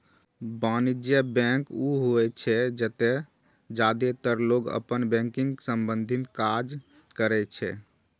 वाणिज्यिक बैंक ऊ होइ छै, जतय जादेतर लोग अपन बैंकिंग संबंधी काज करै छै